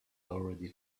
already